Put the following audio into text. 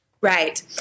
Right